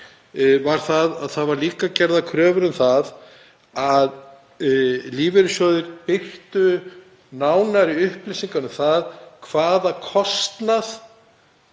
var að það voru líka gerðar kröfur um að lífeyrissjóðir birtu nánari upplýsingar um hvaða kostnað